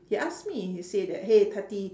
he asked me he say that hey tati